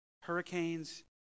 Hurricanes